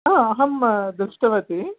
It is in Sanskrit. अहम् दृष्टवती